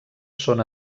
són